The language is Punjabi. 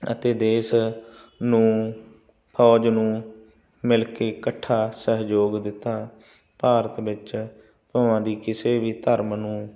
ਅਤੇ ਦੇਸ਼ ਨੂੰ ਫੌਜ ਨੂੰ ਮਿਲ ਕੇ ਇਕੱਠਾ ਸਹਿਯੋਗ ਦਿੱਤਾ ਭਾਰਤ ਵਿੱਚ ਭਵਾਂ ਦੀ ਕਿਸੇ ਵੀ ਧਰਮ ਨੂੰ